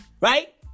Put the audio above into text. Right